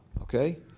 okay